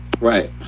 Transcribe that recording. Right